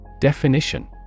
Definition